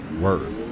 Word